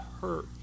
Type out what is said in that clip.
hurt